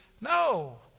No